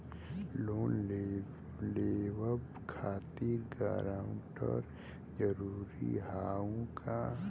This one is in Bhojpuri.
लोन लेवब खातिर गारंटर जरूरी हाउ का?